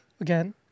again